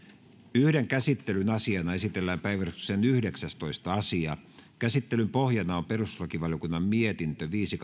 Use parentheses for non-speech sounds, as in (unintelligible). yhden käsittelyn asiana esitellään päiväjärjestyksen yhdeksästoista asia käsittelyn pohjana on perustuslakivaliokunnan mietintö viisi (unintelligible)